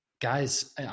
guys